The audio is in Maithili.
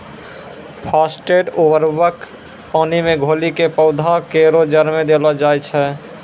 फास्फेट उर्वरक क पानी मे घोली कॅ पौधा केरो जड़ में देलो जाय छै